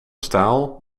staal